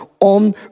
on